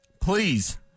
please